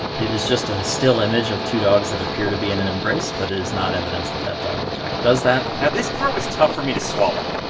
it is just a still image of two dogs that appear to be in an embrace, but it is not evidence that that dog, in fact, does that now, this part was tough for me to swallow.